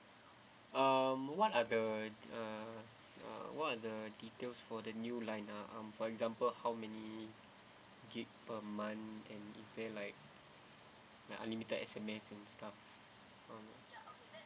um what are the uh what are the details for the new line ah um for example how many G_B per month and is there like like unlimited S_M_S and stuff